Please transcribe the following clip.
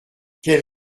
quel